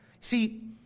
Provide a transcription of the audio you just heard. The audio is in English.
See